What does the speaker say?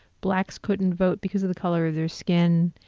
blacks couldn't vote because of the color of their skin,